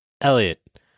elliot